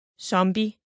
Zombie